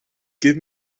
give